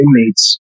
inmates